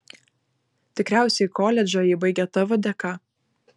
tikriausiai koledžą ji baigė tavo dėka